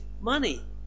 money